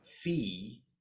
fee